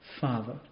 Father